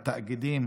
בתאגידים: